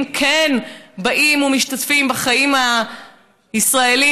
אולי כן באים ומשתתפים בחיים הישראליים,